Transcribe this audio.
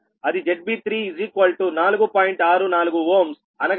64Ωఅనగా మీ ZL ZLZB30